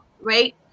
right